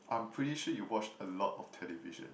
I'm pretty sure you watch a lot of television